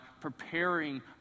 preparing